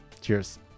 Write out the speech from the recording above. Cheers